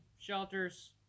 shelters